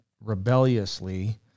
rebelliously